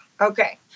Okay